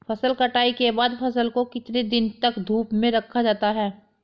फसल कटाई के बाद फ़सल को कितने दिन तक धूप में रखा जाता है?